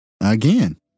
again